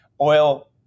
Oil